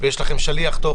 ויש לכם שליח טוב,